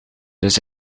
dus